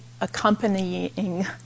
accompanying